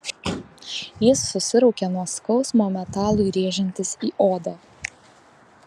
jis susiraukė nuo skausmo metalui rėžiantis į odą